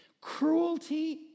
Cruelty